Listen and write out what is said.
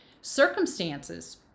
Circumstances